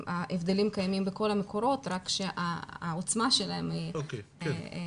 ההבדלים קיימים בכל המקורות אלא שהעוצמה שלהם היא אחרת.